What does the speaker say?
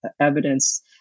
evidence